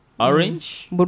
Orange